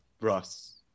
Russ